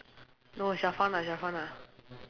no